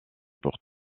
pour